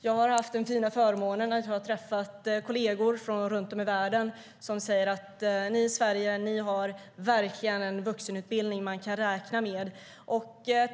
Jag har haft den fina förmånen att ha träffat kollegor runt om i världen. De säger: Ni i Sverige har verkligen en vuxenutbildning man kan räkna med.